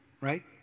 Right